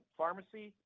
pharmacy